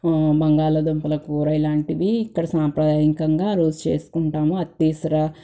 బంగాళా దుంపల కూర ఇలాంటివి ఇక్కడ సాంప్రదాయకంగా ఆరోజు చేసుకుంటాము అత్తీసుర